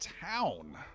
town